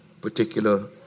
particular